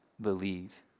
believe